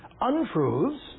untruths